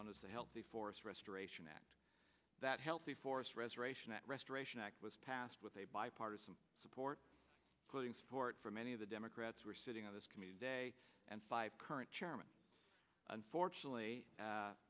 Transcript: known as the healthy forest restoration act that healthy forest restoration that restoration act was passed with a bipartisan support putting support from many of the democrats were sitting on this committee day and five current chairman unfortunately